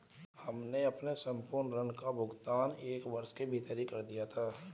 हमने अपने संपूर्ण ऋण का भुगतान एक वर्ष के भीतर ही कर दिया था